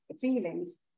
feelings